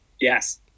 Yes